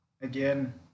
again